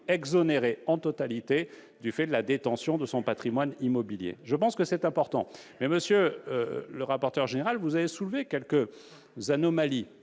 exonéré en totalité du fait de la détention de son patrimoine immobilier. Je pense que c'est important. Monsieur le rapporteur général, vous avez relevé quelques anomalies